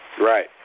Right